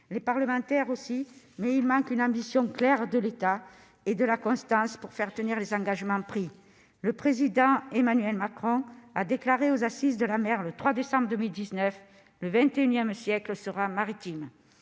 des parlementaires, mais il manque une ambition claire de l'État et de la constance pour tenir les engagements pris. Le Président Emmanuel Macron a déclaré aux Assises de la mer, le 3 décembre 2019 :« Le XXI siècle sera maritime